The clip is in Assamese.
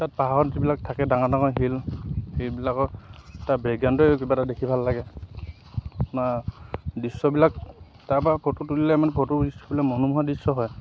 তাত পাহাৰত যিবিলাক থাকে ডাঙৰ ডাঙৰ শিল সেইবিলাকৰ তাৰ বেকগ্ৰাউণ্ডটোৱে কিবা এটা দেখি ভাল লাগে আপোনাৰ দৃশ্যবিলাক তাৰপৰা ফটো তুলিলে মানে মনোমোহা দৃশ্য হয়